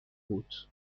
بود